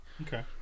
Okay